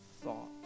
thought